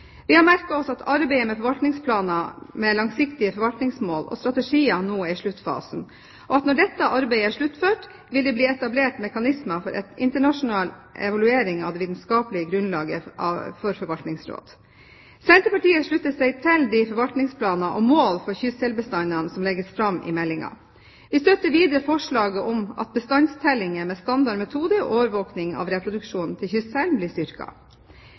Vi har merket oss at arbeidet med forvaltningsplaner med langsiktige forvaltningsmål og strategier nå er i sluttfasen, og at når dette arbeidet er sluttført, vil det bli etablert mekanismer for internasjonal evaluering av det vitenskapelige grunnlaget for forvaltningsråd. Senterpartiet slutter seg til de forvaltningsplaner og mål for kystselbestanden som legges fram i meldingen. Vi støtter videre forslaget om at bestandstellinger med standard metode og overvåkning av reproduksjon til kystselen blir